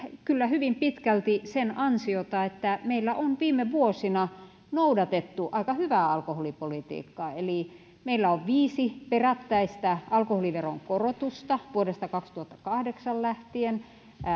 kyllä hyvin pitkälti sen ansiota että meillä on viime vuosina noudatettu aika hyvää alkoholipolitiikkaa eli meillä on viisi perättäistä alkoholiveron korotusta vuodesta kaksituhattakahdeksan lähtien